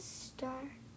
start